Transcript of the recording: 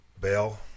Bell